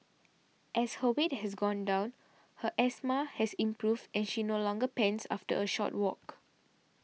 as her weight has gone down her asthma has improved and she no longer pants after a short walk